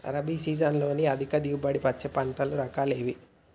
రబీ సీజన్లో అధిక దిగుబడి వచ్చే పంటల రకాలు ఏవి?